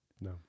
No